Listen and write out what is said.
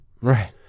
right